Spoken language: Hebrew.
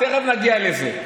תכף נגיע לזה.